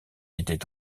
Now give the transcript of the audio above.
était